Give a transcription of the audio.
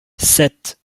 sept